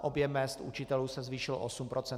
Objem mezd učitelů se zvýšil o 8 %.